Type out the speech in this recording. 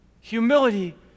Humility